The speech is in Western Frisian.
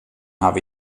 hawwe